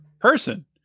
person